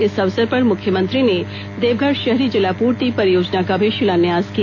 इस अवसर पर मुख्यमंत्री ने देवघर शहरी जलापूर्ति परियोजना का भी शिलान्यास किया